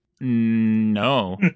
No